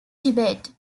tibet